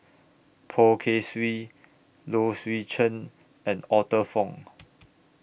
Poh Kay Swee Low Swee Chen and Arthur Fong